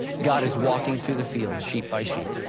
god is walking through the field sheep by sheep